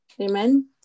Amen